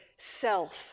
Self